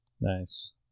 Nice